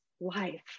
life